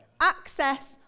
Access